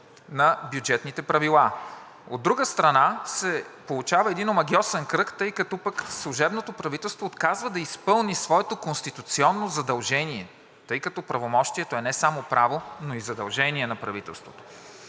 на бюджетните правила. От друга страна, се получава един омагьосан кръг, тъй като пък служебното правителство отказва да изпълни своето конституционно задължение, тъй като правомощието е не само право, но и задължение на правителството.